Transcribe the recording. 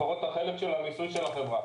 לפחות את החלק של המיסוי של החברה.